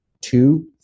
two